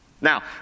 Now